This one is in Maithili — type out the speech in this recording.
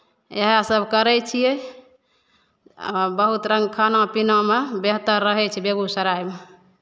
इएहसभ करै छियै आ बहुत रङ्ग खाना पीनामे बेहतर रहै छै बेगूसरायमे